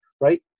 right